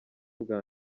bwa